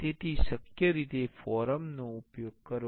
તેથી શક્ય રીતે ફોરમનો નો ઉપયોગ કરો